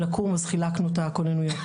אז חילקנו את הכוננויות.